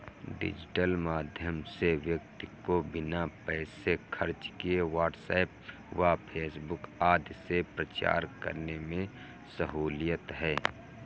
digital माध्यम से व्यक्ति को बिना पैसे खर्च किए व्हाट्सएप व फेसबुक आदि से प्रचार करने में सहूलियत है